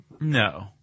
No